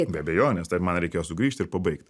be abejonės taip man reikėjo sugrįžt ir pabaigt